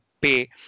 pay